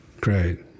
Great